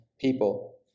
people